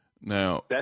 Now